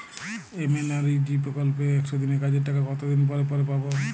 MNREGA প্রকল্পে একশ দিনের কাজের টাকা কতদিন পরে পরে পাব?